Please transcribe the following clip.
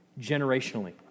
generationally